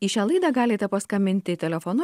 į šią laidą galite paskambinti telefonu